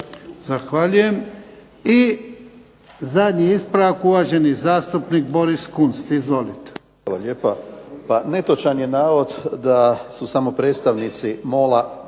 Zahvaljujem. I zadnji ispravak, uvaženi zastupnik Boris Kunst. Izvolite. **Kunst, Boris (HDZ)** Hvala lijepa. Pa netočan je navod da su samo predstavnici MOL-a